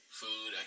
food